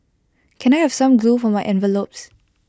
can I have some glue for my envelopes